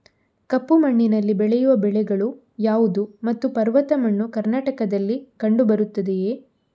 ಕಪ್ಪು ಮಣ್ಣಿನಲ್ಲಿ ಬೆಳೆಯುವ ಬೆಳೆಗಳು ಯಾವುದು ಮತ್ತು ಪರ್ವತ ಮಣ್ಣು ಕರ್ನಾಟಕದಲ್ಲಿ ಕಂಡುಬರುತ್ತದೆಯೇ?